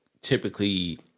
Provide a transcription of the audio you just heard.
typically